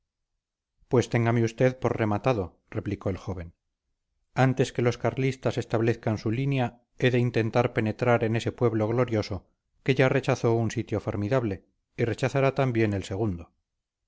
pues téngame usted por rematado replicó el joven antes que los carlistas establezcan su línea he de intentar penetrar en ese pueblo glorioso que ya rechazó un sitio formidable y rechazará también el segundo